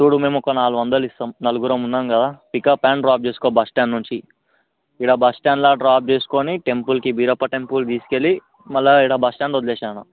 చూడు మేము ఒక నాలుగు వందలు ఇస్తాం నలుగురు ఉన్నాం కదా పికప్ అండ్ డ్రాప్ చేసుకో బస్ స్టాండ్ నుంచి ఈడ బస్ స్టాండ్లో డ్రాప్ చేసుకొని టెంపుల్కి బీరప్ప టెంపుల్కి తీసుకు వెళ్ళి మరల ఈడ బస్ స్టాండ్లో వదిలేయి అన్న